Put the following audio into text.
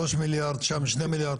3 מיליארד ושם 2 מיליארד.